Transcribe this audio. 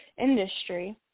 industry